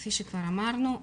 כפי שכבר אמרנו,